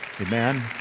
amen